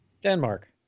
Denmark